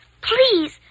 please